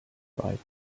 right